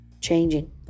changing